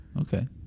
okay